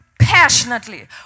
passionately